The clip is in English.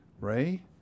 Ray